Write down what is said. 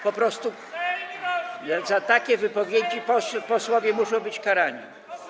Po prostu za takie wypowiedzi posłowie muszą być karani.